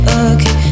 okay